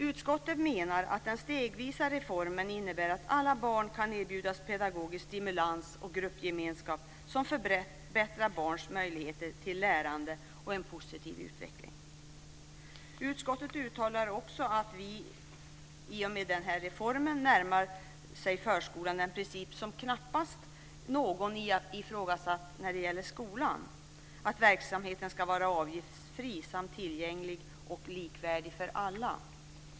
Utskottet menar att den stegvisa reformen innebär att alla barn kan erbjudas pedagogisk stimulans och gruppgemenskap som förbättrar barns möjligheter till lärande och en positiv utveckling. Utskottet uttalar också att förskolan i och med den här reformen närmar sig en princip som knappast någon ifrågasatt när det gäller skolan - att verksamheten ska vara avgiftsfri samt tillgänglig och likvärdig för alla.